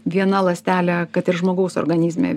viena ląstelė kad ir žmogaus organizme